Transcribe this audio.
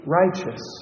righteous